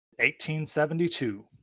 1872